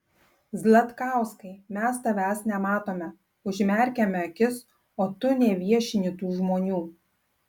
zlatkauskai mes tavęs nematome užmerkiame akis o tu neviešini tų žmonių